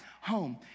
home